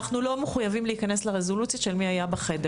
אנו לא מחויבים להיכנס לרזולוציה של מי היה בחדר.